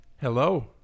Hello